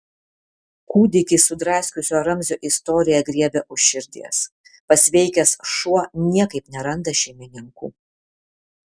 kūdikį sudraskiusio ramzio istorija griebia už širdies pasveikęs šuo niekaip neranda šeimininkų